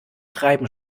treiben